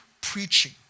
preaching